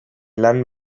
lan